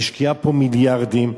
והשקיעה פה מיליארדים,